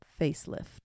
facelift